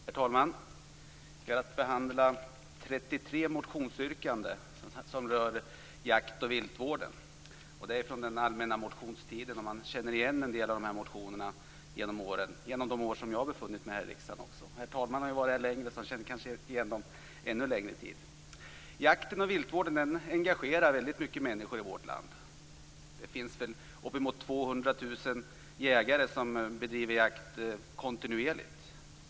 Herr talman! Vi har att behandla 33 motionsyrkanden som rör jakt och viltvården. De är från den allmänna motionstiden. Jag känner igen en del av motionerna från de år som jag har befunnit mig här i riksdagen. Herr talman har ju varit här längre, så han känner kanske igen dem från en ännu längre tid. Jakten och viltvården engagerar väldigt många människor i vårt land. Det finns uppemot 200 000 jägare som bedriver jakt kontinuerligt.